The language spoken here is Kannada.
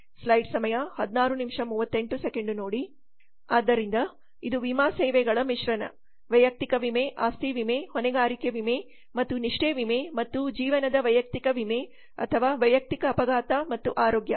ಆದ್ದರಿಂದ ಇದು ವಿಮಾ ಸೇವೆಗಳ ಮಿಶ್ರಣ ವೈಯಕ್ತಿಕ ವಿಮೆ ಆಸ್ತಿ ವಿಮೆ ಹೊಣೆಗಾರಿಕೆ ವಿಮೆ ಮತ್ತು ನಿಷ್ಠೆ ವಿಮೆ ಮತ್ತು ಜೀವನದ ವೈಯಕ್ತಿಕ ವಿಮೆ ಅಥವಾ ವೈಯಕ್ತಿಕ ಅಪಘಾತ ಮತ್ತು ಆರೋಗ್ಯ